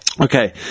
Okay